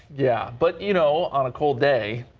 yeah, but you know on a cold day.